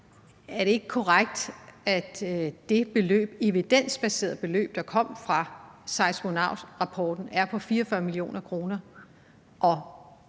Er det ikke korrekt, at det evidensbaserede beløb, der kom fra rapporten fra Seismonaut, er